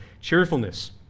cheerfulness